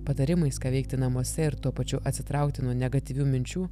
patarimais ką veikti namuose ir tuo pačiu atsitraukti nuo negatyvių minčių